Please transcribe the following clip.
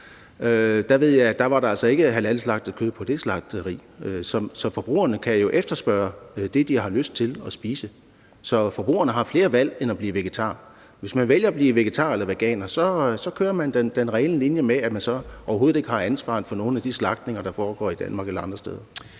det slagteri altså ikke var halalslagtet kød. Så forbrugerne kan jo efterspørge det, de har lyst til at spise. Så forbrugerne har flere valg end at blive vegetar. Hvis man vælger at blive vegetar eller veganer, kører man den rene linje, hvor man overhovedet ikke har ansvaret for nogen af de slagtninger, der foregår i Danmark eller andre steder.